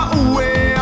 away